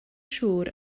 siŵr